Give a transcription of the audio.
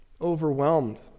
overwhelmed